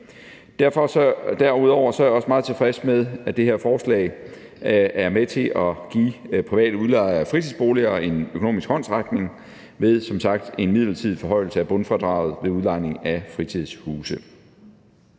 Derudover er jeg også meget tilfreds med, at det her forslag er med til at give private udlejere af fritidsboliger en økonomisk håndsrækning ved som sagt en midlertidig forhøjelse af bundfradraget ved udlejning af fritidshuse.